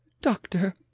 Doctor